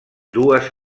dues